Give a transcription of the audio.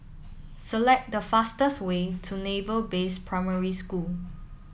select the fastest way to Naval Base Primary School